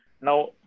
Now